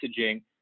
messaging